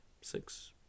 Six